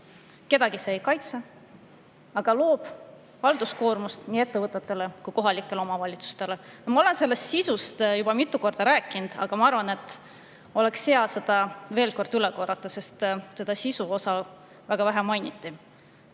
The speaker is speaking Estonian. Kedagi see ei kaitse, aga loob halduskoormust nii ettevõtetele kui ka kohalikele omavalitsustele. Ma olen selle seaduse sisust juba mitu korda rääkinud, aga ma arvan, et oleks hea see veel kord üle korrata, sest sisuosa mainiti